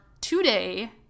today